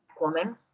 woman